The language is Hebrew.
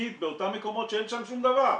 תפקיד באותם מקומות שאין שם שום דבר.